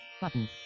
Button